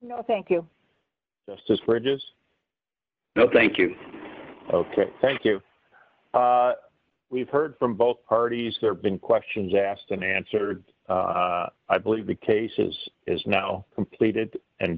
know thank you that's just bridges no thank you ok thank you we've heard from both parties there have been questions asked and answered i believe the case is is now completed and